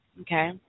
okay